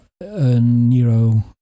Nero